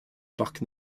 parc